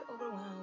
overwhelmed